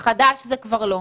חדש,